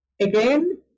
Again